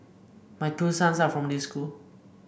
my two sons are from this school